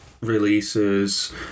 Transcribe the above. releases